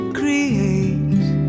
create